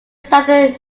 southern